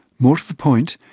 more to the point,